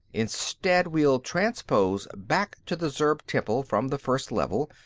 instead, we'll transpose back to the zurb temple from the first level,